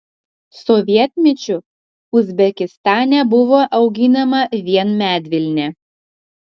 sovietmečiu uzbekistane buvo auginama vien medvilnė